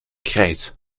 krijt